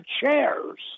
chairs